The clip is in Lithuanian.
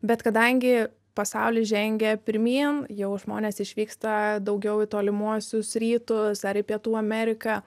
bet kadangi pasaulis žengia pirmyn jau žmonės išvyksta daugiau į tolimuosius rytus ar į pietų ameriką